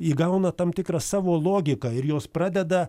įgauna tam tikrą savo logiką ir jos pradeda